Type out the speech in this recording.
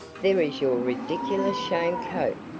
there is your ridiculous sham coat.